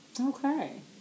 Okay